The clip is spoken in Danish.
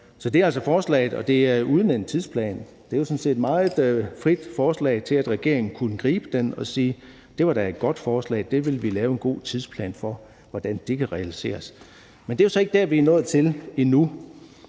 Så det er altså forslaget, og det er uden en tidsplan. Det er jo sådan set et meget frit forslag, som regeringen kan gribe og sige: Det var da et godt forslag, og vi vil lave en god tidsplan for, hvordan det kan realiseres. Men det er jo så ikke der, vi er nået til endnu.